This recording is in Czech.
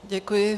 Děkuji.